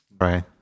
right